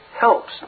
helps